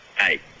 Hey